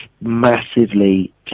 massively